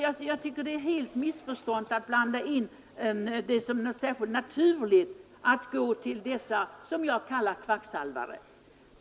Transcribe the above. Jag tycker att man helt missförstått det, om man tror att det är så särskilt naturligt att gå till kvacksalvare, som jag kallar dem.